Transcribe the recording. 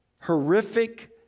horrific